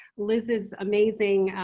liz's amazing